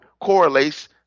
correlates